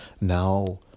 now